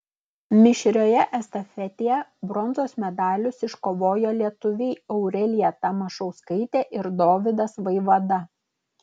mišrioje estafetėje bronzos medalius iškovojo lietuviai aurelija tamašauskaitė ir dovydas vaivada